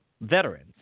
veterans